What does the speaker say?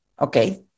okay